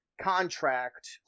contract